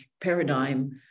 paradigm